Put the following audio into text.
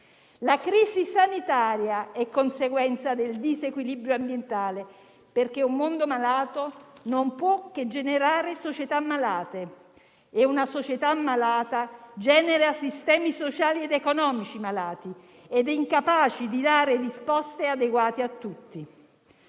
La crisi sanitaria è conseguenza del disequilibrio ambientale, perché un mondo malato non può che generare società malate e una società malata genera sistemi sociali ed economici malati e incapaci di dare risposte adeguate a tutti.